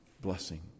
blessing